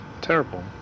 Terrible